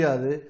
de